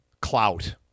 clout